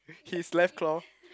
his left claw